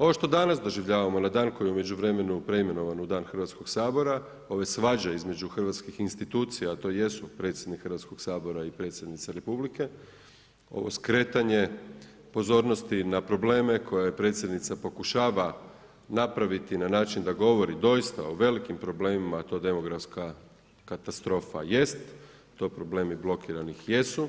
Ovo što danas doživljavamo na dan koji u međuvremenu preimenovan u Dan Hrvatskog sabora, ove svađe između hrvatskih institucija, a to jesu predsjednik Hrvatskog sabora i predsjednica Republike, ovo skretanje pozornosti na probleme koje predsjednica pokušava napraviti na način da govori doista o velikim problemima, a to demografska katastrofa jest, to problemi blokiranih jesu